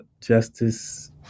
justice